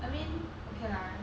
I mean okay lah